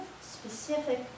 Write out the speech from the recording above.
specific